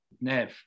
nev